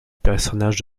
personnage